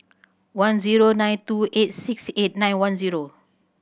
one zero nine two eight six eight nine one zero